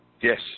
yes